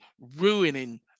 ruining